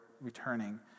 returning